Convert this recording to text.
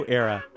era